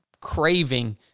craving